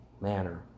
manner